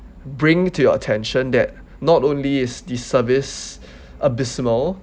bring to your attention that not only it's the service abysmal